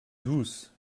douce